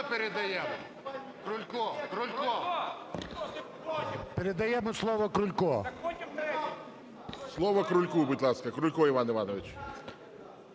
Передаємо слово Крульку. ГОЛОВУЮЧИЙ. Слово Крульку, будь ласка. Крулько Іван Іванович.